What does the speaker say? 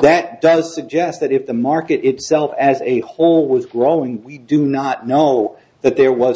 that does suggest that if the market itself as a whole was growing we do not know that there was